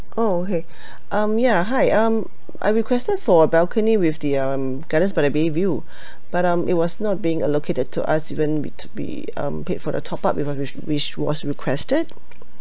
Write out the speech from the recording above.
oh okay um ya hi um I requested for a balcony with the um gardens by the bay view but um it was not being allocated to us even we we um paid for the top up whi~ which was requested